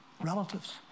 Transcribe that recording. Relatives